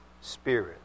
spirit